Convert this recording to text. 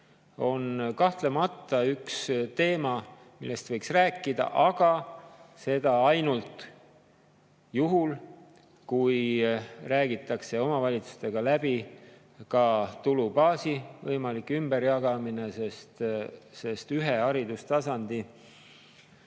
on kahtlemata üks teema, millest võiks rääkida, aga seda ainult juhul, kui räägitakse omavalitsustega läbi ka tulubaasi võimalik ümberjagamine, sest ühe haridustasandi